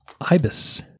ibis